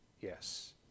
Yes